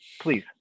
Please